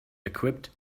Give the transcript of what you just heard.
equipped